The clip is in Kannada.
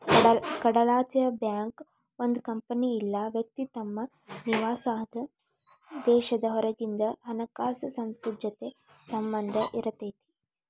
ಕಡಲಾಚೆಯ ಬ್ಯಾಂಕ್ ಒಂದ್ ಕಂಪನಿ ಇಲ್ಲಾ ವ್ಯಕ್ತಿ ತಮ್ ನಿವಾಸಾದ್ ದೇಶದ್ ಹೊರಗಿಂದ್ ಹಣಕಾಸ್ ಸಂಸ್ಥೆ ಜೊತಿ ಸಂಬಂಧ್ ಇರತೈತಿ